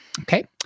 Okay